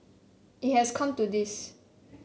it has come to this